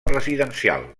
residencial